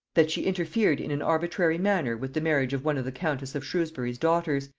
that she interfered in an arbitrary manner with the marriage of one of the countess of shrewsbury's daughters,